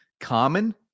common